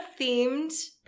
themed